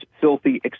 filthy